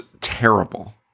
terrible